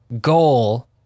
goal